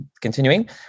continuing